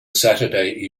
saturday